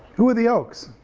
who are the oaks?